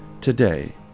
today